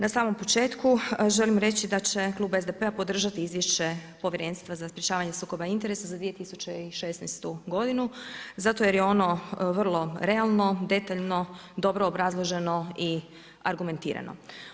Na samom početku, želim reći da će klub SDP-a podržati izvješće Povjerenstva za sprečavanje sukoba interesa za 2016. godinu zato jer je ono vrlo realno, detaljno, dobro obrazloženo i argumentirano.